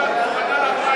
ואללה, את מוכנה לפריימריז.